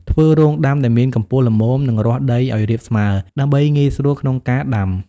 ធ្វើរងដាំដែលមានកម្ពស់ល្មម និងរាស់ដីឱ្យរាបស្មើ ដើម្បីងាយស្រួលក្នុងការដាំ។